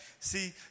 See